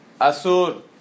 Asur